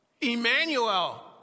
Emmanuel